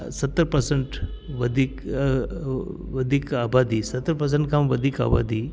सत परसंट वधीक वधीक आबादी सत परसंट खां वधीक आबादी